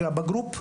"בגרופ".